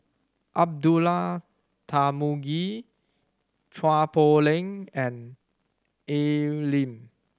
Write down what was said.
Abdullah Tarmugi Chua Poh Leng and Al Lim